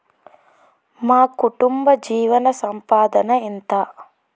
మా కుటుంబ జీవన సంపాదన ఎంత?